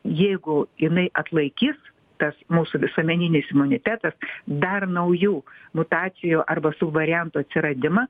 jeigu inai atlaikys tas mūsų visuomeninis imunitetas dar naujų mutacijų arba subvariantų atsiradimą